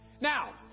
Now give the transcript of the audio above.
Now